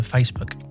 Facebook